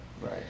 Right